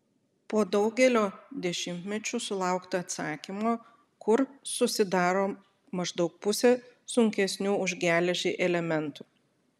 po daugelio dešimtmečių sulaukta atsakymo kur susidaro maždaug pusė sunkesnių už geležį elementų